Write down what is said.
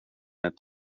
ett